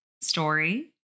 story